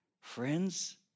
friends